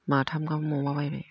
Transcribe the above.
माथाम गाहाम अमा बायबाय